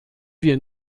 wir